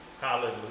Hallelujah